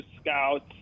scouts